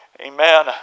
Amen